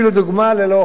ללא הוכחת נזק.